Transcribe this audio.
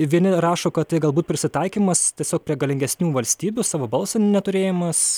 vieni rašo kad tai galbūt prisitaikymas tiesiog prie galingesnių valstybių savo balso neturėjimas